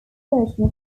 version